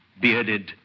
bearded